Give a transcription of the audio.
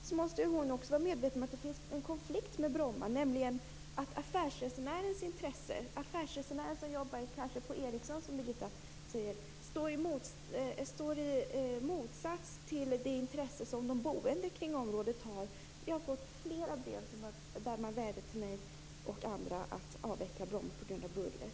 Men också hon måste vara medveten om att det finns en konflikt med Bromma, nämligen att intresset hos affärsresenären, den affärsresenär som kanske jobbar på Ericsson, står i motsats till det intresse som de boende i området har. Jag har fått flera brev där man vädjar till mig och andra om att avveckla Bromma flygplats på grund av bullret.